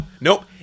nope